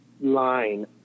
line